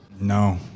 No